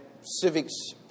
civics